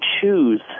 choose